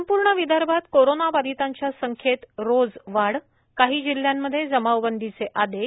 संपूर्ण विदर्भात कोरोंना बाधितांच्या संख्येत रोज वाढ काही जिल्ह्यांमध्ये जमावबंदीचे आदेश